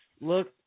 Look